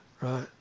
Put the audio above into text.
Right